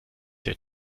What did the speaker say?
der